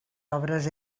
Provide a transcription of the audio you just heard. obres